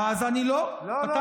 לא, לא.